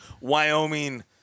Wyoming